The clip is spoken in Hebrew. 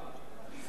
אני הקשבתי לך,